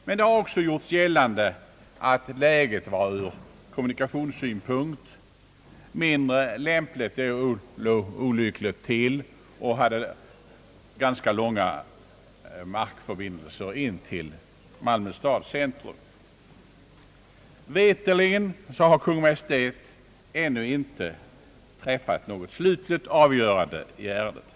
Men det har också gjorts gällande att läget är olyckligt ur kommunikationssynpunkt och att det är en alltför lång markförbindelse till Malmö stads centrum. Veterligen har Kungl. Maj:t ännu inte träffat något slutgiltigt avgörande i ärendet.